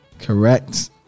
Correct